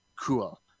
cool